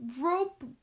rope